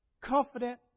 confident